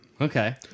Okay